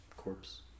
corpse